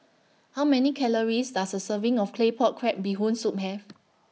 How Many Calories Does A Serving of Claypot Crab Bee Hoon Soup Have